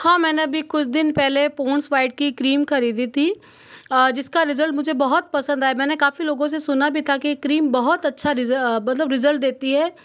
हाँ मैंने भी कुछ दिन पहले पॉन्ड्स वाइट की क्रीम ख़रीदी थी और जिसका रिज़ल्ट मुझे बहुत पसंद आया मैंने काफ़ी लोगों से सुना भी था कि क्रीम बहुत अच्छा रिज़ल्ट देती है